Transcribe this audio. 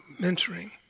mentoring